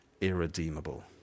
irredeemable